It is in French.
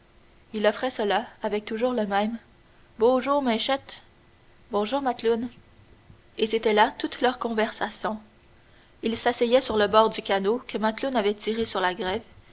il offrait cela avec toujours le même bôjou maïchette bonjour macloune et c'était là toute leur conversation ils s'asseyaient sur le bord du canot que macloune avait tiré sur la grève